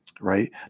right